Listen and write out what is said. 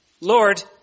Lord